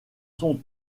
son